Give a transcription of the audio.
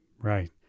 Right